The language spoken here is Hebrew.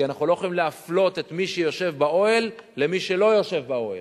כי אנחנו לא יכולים להפלות את מי שיושב באוהל לעומת מי שלא יושב באוהל.